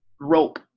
rope